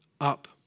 up